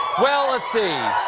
well, let's see